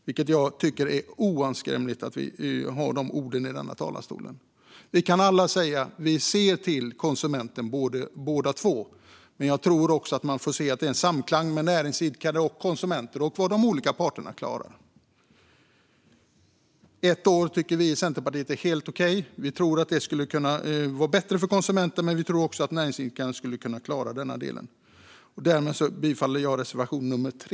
Jag tycker att det är oanständigt att använda sådana ord i den här talarstolen. Vi kan båda två säga att vi ser till konsumenten, men jag tror att man också måste se att det finns en samklang med näringsidkare och konsumenter och vad de olika parterna klarar. Ett år tycker vi och Centerpartiet är helt okej. Vi tror att det skulle kunna vara bättre för konsumenten, men vi tror också att näringsidkaren skulle kunna klara den delen. Därmed yrkar jag bifall till reservation nummer 3.